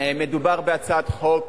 מדובר בהצעת חוק